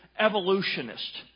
evolutionist